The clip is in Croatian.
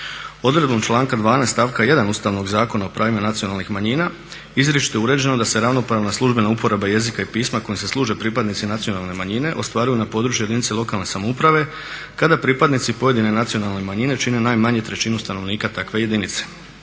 Odredbom članka 12. stavka 1. Ustavnog zakona o pravima nacionalnih manjina izričito je uređeno da se ravnopravna službena uporaba jezika i pisma kojim se službe pripadnici nacionalne manjine ostvaruju na području jedinice lokalne samouprave kada pripadnici pojedine nacionalne manjine čine najmanje trećinu stanovnika takve jedinice.